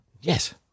Yes